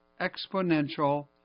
exponential